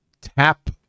tap